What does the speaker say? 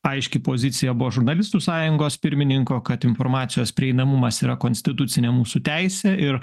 aiški pozicija buvo žurnalistų sąjungos pirmininko kad informacijos prieinamumas yra konstitucinė mūsų teisė ir